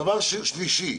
דבר שלישי,